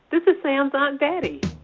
this is sam's aunt betty.